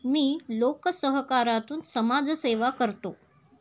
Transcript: मी लोकसहकारातून समाजसेवा करतो